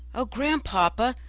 oh, grandpapa,